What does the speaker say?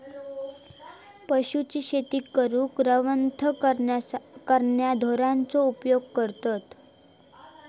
पशूंची शेती करूक रवंथ करणाऱ्या ढोरांचो उपयोग करतत